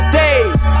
days